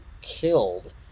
killed